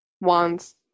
wands